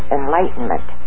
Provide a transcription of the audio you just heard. enlightenment